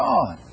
God